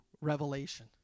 revelation